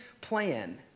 plan